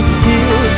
feel